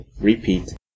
repeat